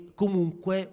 comunque